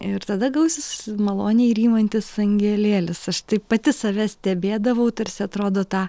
ir tada gausis maloniai rymantis angelėlis aš taip pati save stebėdavau tarsi atrodo tą